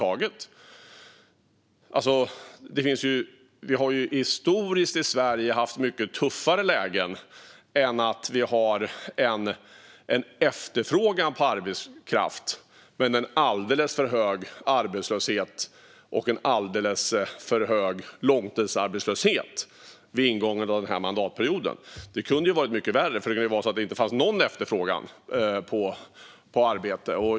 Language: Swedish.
I Sverige har vi historiskt haft mycket tuffare lägen än nu när vi har en efterfrågan på arbetskraft men alldeles för hög arbetslöshet och långtidsarbetslöshet. Det kunde ha varit mycket värre. Det hade kunnat vara så att det inte fanns någon efterfrågan på arbete.